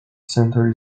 center